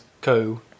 Co